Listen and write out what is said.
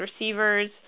receivers